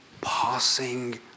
passing